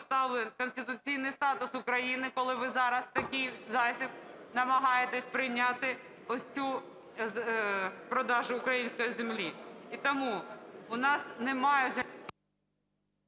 поставлений конституційний статус України, коли ви зараз в такий засіб намагаєтесь прийняти ось цей продаж української землі. І тому у нас немає